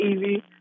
easy